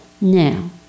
Now